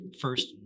First